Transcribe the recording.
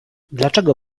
dlaczego